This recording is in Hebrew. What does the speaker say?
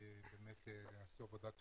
שעשו באמת עבודה טובה,